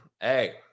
Hey